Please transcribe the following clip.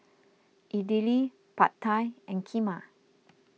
Idili Pad Thai and Kheema